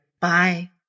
Bye